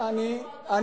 כי שר הפנים,